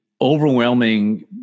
overwhelming